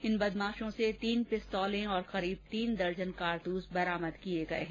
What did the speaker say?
इन बदमाशों से तीन पिस्तौलें और करीब तीन दर्जन कारतूस बरामद किये गये हैं